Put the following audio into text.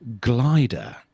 glider